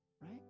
right